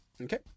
Okay